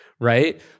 Right